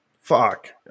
fuck